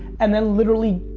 and then literally,